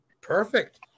Perfect